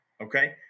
Okay